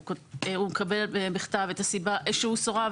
הוא מקבל בכתב שהוא סורב,